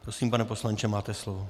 Prosím, pane poslanče, máte slovo.